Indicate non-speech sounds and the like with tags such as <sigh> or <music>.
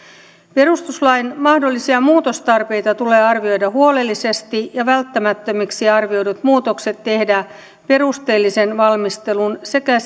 perustuslain mahdollisia muutostarpeita tulee arvioida huolellisesti ja välttämättömiksi arvioidut muutokset tehdä perusteellisen valmistelun sekä <unintelligible>